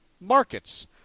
markets